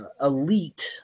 elite